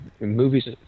movies